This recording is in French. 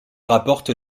rapporte